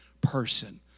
person